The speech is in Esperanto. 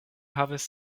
havis